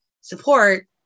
support